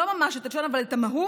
לא ממש את לשון החוק, אבל את המהות